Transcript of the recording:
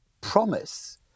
promise